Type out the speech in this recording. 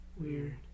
Weird